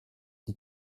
die